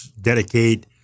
dedicate